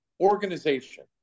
Organization